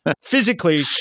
physically